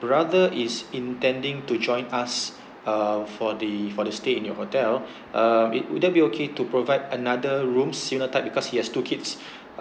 brother is intending to join us uh for the for the stay in your hotel uh it would that be okay to provide another room similar type because he has two kids